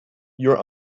your